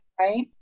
right